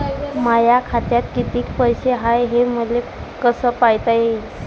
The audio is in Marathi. माया खात्यात कितीक पैसे हाय, हे मले कस पायता येईन?